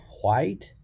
white